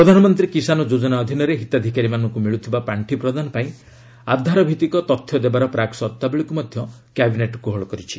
ପ୍ରଧାନମନ୍ତ୍ରୀ କିଷାନ୍ ଯୋଜନା ଅଧୀନରେ ହିତାଧିକାରୀମାନଙ୍କ ମିଳ୍ଚଥିବା ପାଣ୍ଡି ପ୍ରଦାନ ପାଇଁ ଆଧାରଭିତ୍ତିକ ତଥ୍ୟ ଦେବାର ପ୍ରାକ୍ ସର୍ତ୍ତାବଳୀକୁ ମଧ୍ୟ କ୍ୟାବିନେଟ୍ କୋହଳ କରିଛି